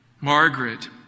Margaret